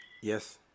Yes